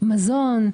מעבירים מזון,